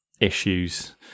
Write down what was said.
issues